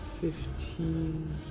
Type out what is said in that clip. Fifteen